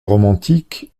romantiques